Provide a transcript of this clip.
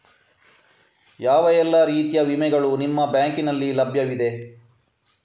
ಯಾವ ಎಲ್ಲ ರೀತಿಯ ವಿಮೆಗಳು ನಿಮ್ಮ ಬ್ಯಾಂಕಿನಲ್ಲಿ ಲಭ್ಯವಿದೆ?